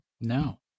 No